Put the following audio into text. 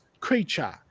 creature